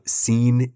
seen